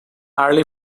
early